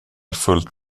fullt